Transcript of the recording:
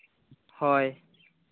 ᱦᱳᱭ